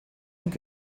und